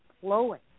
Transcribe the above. flowing